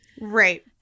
Right